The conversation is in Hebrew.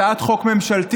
הצעת חוק ממשלתית,